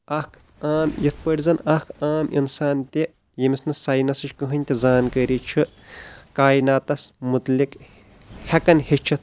اکھ عام یتھ پٲٹھۍ زن اکھ عام انسان تہِ ییٚمِس نہِ سایٚنسٕچ کٕہٕنۍ تہِ زانٛکٲری چھِ کایناتس متعلِق ہیٚکان ہیٚچھِتھ